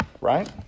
right